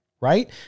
right